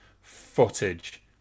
footage